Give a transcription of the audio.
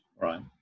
Right